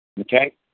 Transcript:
Okay